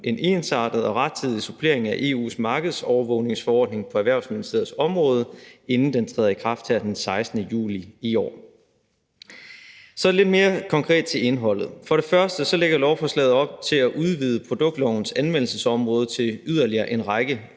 en ensartet og rettidig supplering af EU's markedsovervågningsforordning på Erhvervsministeriets område, inden den træder i kraft her den 16. juli i år. Så lidt mere konkret til indholdet: For det første lægger lovforslaget op til at udvide produktlovens anvendelsesområde til yderligere en række